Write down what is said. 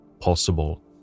possible